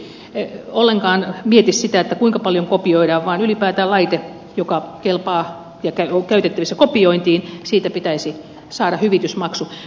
eli ey tuomioistuimen päätös ei ollenkaan mieti sitä kuinka paljon kopioidaan vaan ylipäätään laitteesta joka kelpaa ja on käytettävissä kopiointiin pitäisi saada hyvitysmaksu